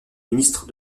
ministre